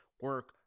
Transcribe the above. Work